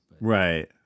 Right